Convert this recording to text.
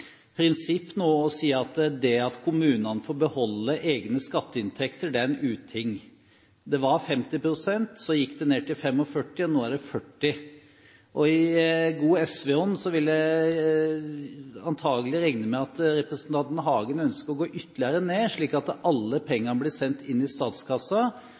prinsipp å si at det at kommunene får beholde egne skatteinntekter er en uting. Det var 50 pst., så gikk det ned til 45 pst., og nå er det 40. I god SV-ånd vil jeg anta at representanten Hagen ønsker å gå ytterligere ned, slik at alle pengene blir sendt inn i